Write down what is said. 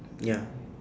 ya